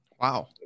Wow